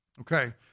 Okay